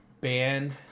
band